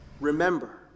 Remember